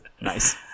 Nice